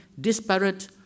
disparate